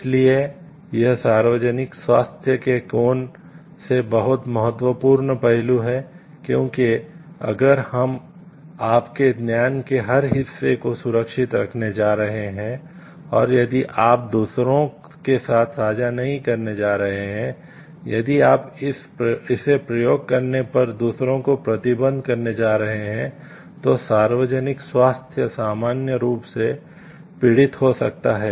इसलिए यह सार्वजनिक स्वास्थ्य के कोण से बहुत महत्वपूर्ण पहलू है क्योंकि अगर हम आपके ज्ञान के हर हिस्से को सुरक्षित रखने जा रहे हैं और यदि आप दूसरों के साथ साझा नहीं करने जा रहे हैं यदि आप इसे प्रयोग करने पर दूसरों को प्रतिबंधित करने जा रहे हैं तो सार्वजनिक स्वास्थ्य सामान्य रूप से पीड़ित हो सकता है